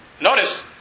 Notice